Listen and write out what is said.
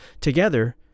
Together